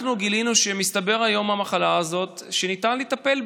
גילינו שמסתבר שהיום במחלה הזאת ניתן לטפל.